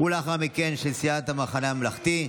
לאחר מכן, של סיעת המחנה הממלכתי.